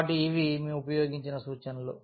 కాబట్టి ఇవి మేము ఉపయోగించిన సూచనలు